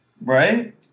Right